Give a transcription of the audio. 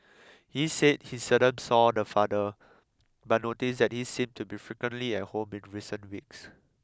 he said he seldom saw the father but noticed that he seemed to be frequently at home in recent weeks